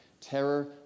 Terror